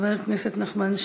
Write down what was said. חבר הכנסת נחמן שי,